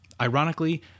Ironically